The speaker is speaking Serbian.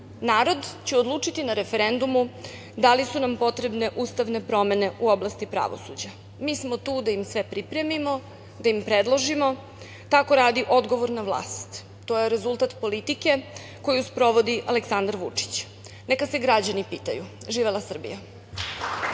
Narod će odlučiti na referendumu da li su nam potrebne ustavne promene u oblasti pravosuđa. Mi smo tu da im sve pripremimo, da im predložimo. Tako radi odgovorna vlast. To je rezultat politike koju sprovodi Aleksandar Vučić. Neka se građani pitaju. Živela Srbija!